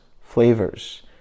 flavors